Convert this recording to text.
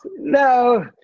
No